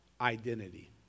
identity